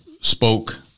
spoke